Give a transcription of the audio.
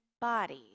body